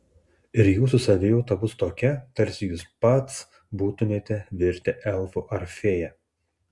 ir jūsų savijauta bus tokia tarsi jūs pats būtumėte virtę elfu ar fėja